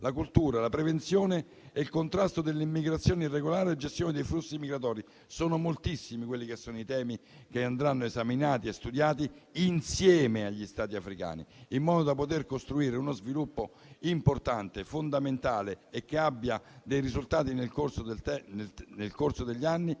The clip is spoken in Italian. la cultura, la prevenzione e il contrasto dell'immigrazione irregolare e la gestione dei flussi migratori. Sono moltissimi i temi che andranno esaminati e studiati insieme agli Stati africani per uno sviluppo importante, fondamentale e che abbia dei risultati nel corso degli anni,